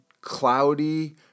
cloudy